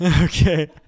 okay